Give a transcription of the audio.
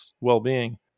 well-being